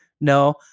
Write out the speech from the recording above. No